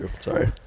sorry